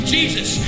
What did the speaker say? Jesus